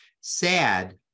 Sad